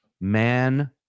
man